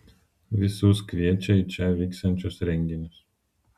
visus kviečia į čia vyksiančius renginius